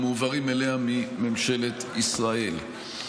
המועברים אליה מממשלת ישראל.